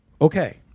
okay